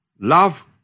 love